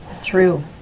True